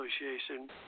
Association